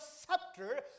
scepter